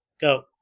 Go